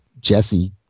Jesse